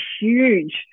huge